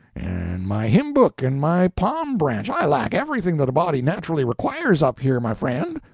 and my hymn-book, and my palm branch i lack everything that a body naturally requires up here, my friend.